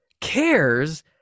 cares